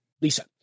Lisa